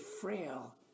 frail